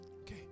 Okay